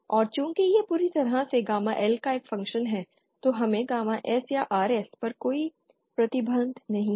और चूंकि यह पूरी तरह से गामा L का एक फ़ंक्शन है तो हमें गामा S या RS पर कोई प्रतिबंध नहीं है